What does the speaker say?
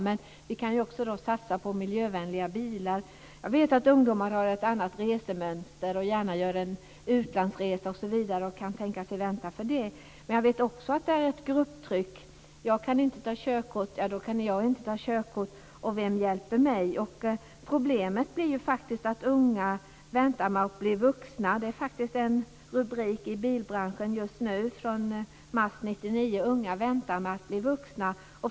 Men vi kan också satsa på miljövänliga bilar. Jag vet att ungdomar har ett annat resemönster och gärna gör en utlandsresa och kan tänka sig vänta för det. Jag vet också att det är ett grupptryck. Jag kan inte ta körkort, vem hjälper mig? Problemet blir faktiskt att unga väntar med att bli vuxna. Det är en rubrik i bilbranschen i mars: Unga väntar med att bli vuxna.